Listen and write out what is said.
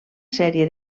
sèrie